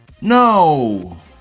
No